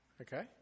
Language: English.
Okay